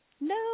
No